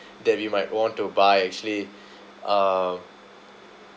that we might want to buy actually uh